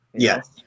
Yes